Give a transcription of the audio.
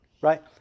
right